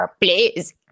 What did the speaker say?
please